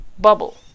bubble